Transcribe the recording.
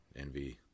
envy